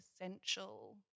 essential